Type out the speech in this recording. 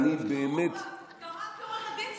הוא הרים לטלי להנחתה.